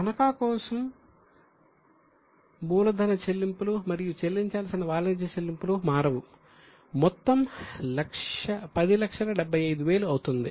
తనఖా కోసం మూలధన చెల్లింపులు మరియు చెల్లించాల్సిన వాణిజ్య చెల్లింపులు మారవు మొత్తం 1075000 అవుతుంది